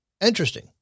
interesting